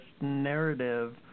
narrative